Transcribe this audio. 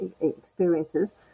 experiences